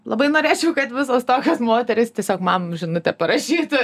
labai norėčiau kad visos tokios moterys tiesiog man žinutę parašytų